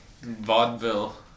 Vaudeville